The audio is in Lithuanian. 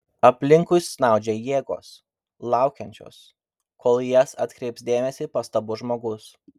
aplinkui snaudžia jėgos laukiančios kol į jas atkreips dėmesį pastabus žmogus